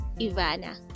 Ivana